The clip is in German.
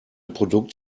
produkt